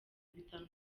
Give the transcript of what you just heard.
bitanu